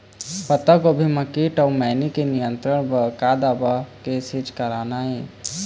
पत्तागोभी म कीट अऊ मैनी के नियंत्रण बर का दवा के छींचे करना ये?